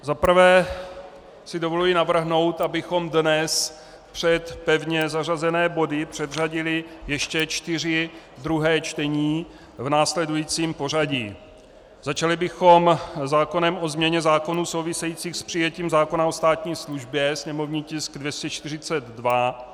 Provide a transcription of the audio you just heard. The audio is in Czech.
Za prvé si dovoluji navrhnout, abychom dnes před pevně zařazené body předřadili ještě čtyři druhá čtení v následujícím pořadí: Začali bychom zákonem o změně zákonů souvisejících s přijetím zákona o státní službě, sněmovní tisk 242.